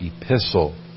epistle